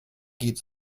geht